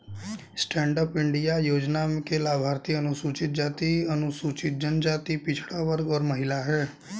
stand up India योजना के लाभार्थी अनुसूचित जाति, अनुसूचित जनजाति, पिछड़ा वर्ग और महिला है